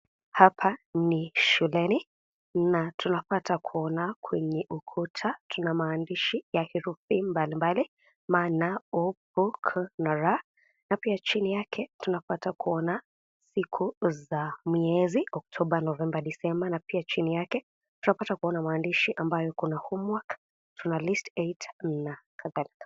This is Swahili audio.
Hapa ni shuleni na tunapata kuona kwenye ukuta tuna maandishi ya herufi mbalimbali M,N,O,P,Q naR na pia chini yake tunapata kuona siku za miezi Oktoba, Novemba, Disemba na pia chini yake tunapata kuona maandishi ambayo kuna (CS)homework na list 8 (CS)na kadhalika.